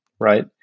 right